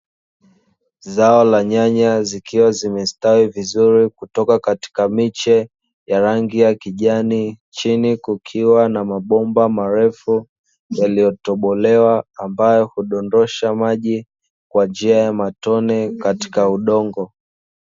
Zao la nyanya zikiwa zimestawi vizuri kutoka katika miche ya rangi ya kijani, chini kukiwa na mabomba marefu yaliyotobolewa ambayo hudondosha maji kwa njia ya matone katika udongo.